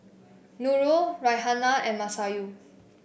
Nurul Raihana and Masayu